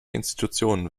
institutionen